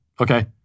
okay